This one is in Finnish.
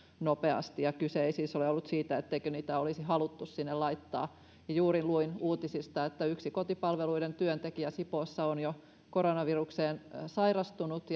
nopeasti ja kyse ei siis ole ollut siitä etteikö niitä olisi haluttu sinne laittaa ja juuri luin uutisista että yksi kotipalveluiden työntekijä sipoossa on jo koronavirukseen sairastunut